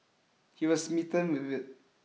he was smitten with it